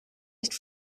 nicht